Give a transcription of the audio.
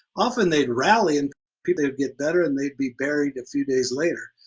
often they'd rally and people would get better and they'd be buried a few days later.